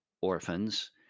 orphans